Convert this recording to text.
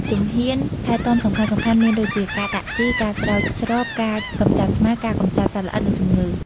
ជំហានថែទាំសំខាន់ៗមានដូចជា ការដាក់ជី ការស្រោចស្រព ការកម្ចាត់ស្មៅ ការកម្ចាត់សត្វល្អិត និងជំងឺ។